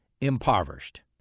impoverished